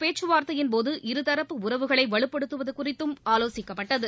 பேச்சுவார்த்தையின்போது இருதரப்பு உறவுகளை வலுப்படுத்துவது குறித்தும் இந்த ஆலோசிக்கப்பட்டது